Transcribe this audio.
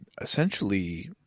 essentially